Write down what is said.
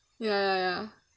ya ya ya